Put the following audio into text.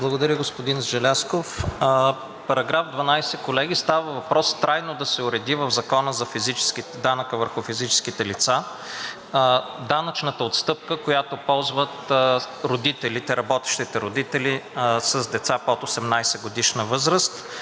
Благодаря, господин Желязков. Параграф 12, колеги, става въпрос трайно да се уреди в Закона за данъка върху физическите лица данъчната отстъпка, която ползват работещите родители с деца под 18-годишна възраст.